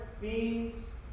beans